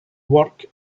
work